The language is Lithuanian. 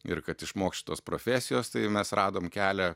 ir kad išmokt šitos profesijos tai jau mes radom kelią